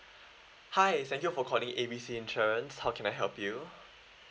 hi thank you for calling A B C insurance how can I help you